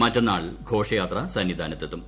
മറ്റെന്നാൾ ഘോഷയാത്ര സന്നിധാനത്ത് എത്തും